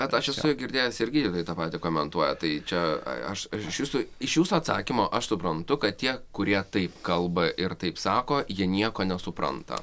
bet aš esu girdėjęs ir gydytojai tą patį komentuoja tai čia aš iš jūsų iš jūsų atsakymo aš suprantu kad tie kurie taip kalba ir taip sako jie nieko nesupranta